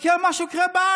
תסתכל על מה שקורה בארץ.